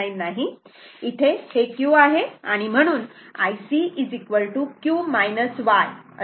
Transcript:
29 नाही इथे हे q आहे आणि म्हणून Ic q y असे आहे